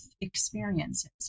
experiences